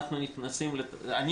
אני,